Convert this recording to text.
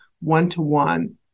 one-to-one